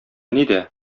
нидә